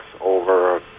over